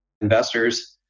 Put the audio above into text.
investors